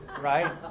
right